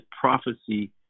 prophecy